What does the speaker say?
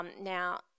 Now